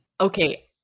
Okay